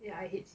ya it hates you